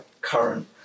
current